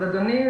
אז אדוני,